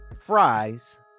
fries